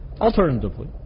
Alternatively